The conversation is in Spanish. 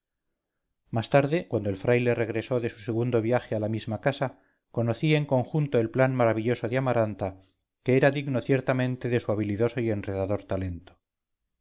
más tarde cuando el fraile regresó de su segundo viaje a la misma casa conocí en conjunto el plan maravilloso de amaranta que era digno ciertamente de su habilidoso y enredador talento